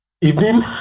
evening